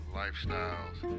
lifestyles